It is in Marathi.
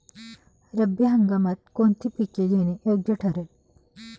रब्बी हंगामात कोणती पिके घेणे योग्य ठरेल?